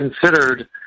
considered